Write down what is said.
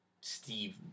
Steve